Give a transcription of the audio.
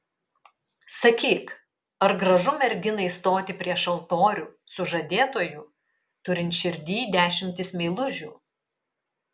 sakyk ar gražu merginai stoti prieš altorių su žadėtuoju turint širdyj dešimtis meilužių